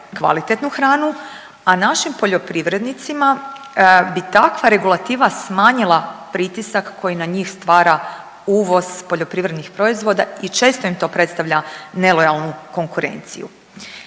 kvalitetnu hranu, a našim poljoprivrednicima bi takva regulativa smanjila pritisak koji na njih stvara uvoz poljoprivrednih proizvoda i često im to predstavlja nelojalnu konkurenciju.